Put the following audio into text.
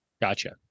Gotcha